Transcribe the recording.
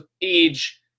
age